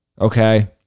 Okay